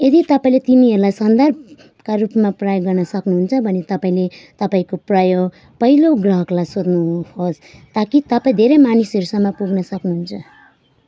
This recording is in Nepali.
यदि तपाईँँले तिनीहरूलाई सन्दर्भका रूपमा प्रयोग गर्न सक्नुहुन्छ भने तपाईँले तपाईँँको पयो पहिलो ग्राहकलाई सोध्नुहोस् ताकि तपाईँँ धेरै मानिसहरूसम्म पुग्न सक्नुहुन्छ